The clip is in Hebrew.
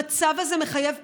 המצב הזה מחייב פתרון,